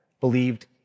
believed